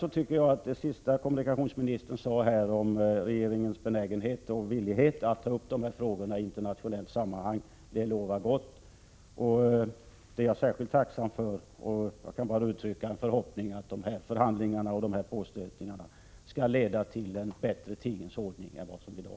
Jag tycker att det sista som kommunikationsministern sade om regeringens benägenhet och villighet att ta upp de här frågorna i internationella sammanhang lovar gott. Jag är särskilt tacksam för det, och jag kan bara uttrycka en förhoppning om att dessa förhandlingar och påstötningar kommer att leda till en bättre tingens ordning än i dag.